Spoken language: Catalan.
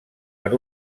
per